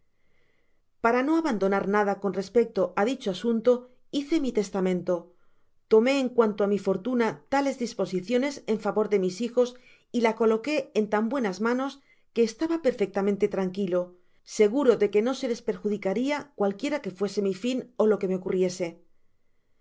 para no abandonar nada con respecto á dicho asunto hice mi testamento tomé en cuanto á mi fortuna tales disposiciones en favor de mis hijos y la coloqué en tan buenas manos que estaba perfectamente tranquilo seguro de que no se les perjudicaria cualquiera que fuese mi fin ó lo que me ocurriese